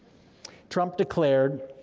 trump declared,